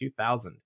2000